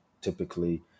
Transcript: typically